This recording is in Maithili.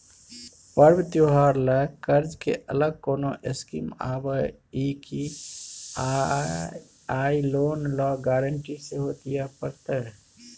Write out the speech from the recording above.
पर्व त्योहार ल कर्ज के अलग कोनो स्कीम आबै इ की आ इ लोन ल गारंटी सेहो दिए परतै?